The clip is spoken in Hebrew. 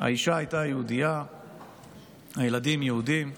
האישה הייתה יהודייה והילדים יהודים.